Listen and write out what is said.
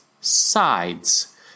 sides